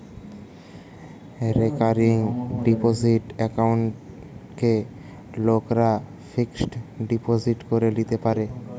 recurring deposit একাউন্টকে লোকরা fixed deposit করে লিতে পারে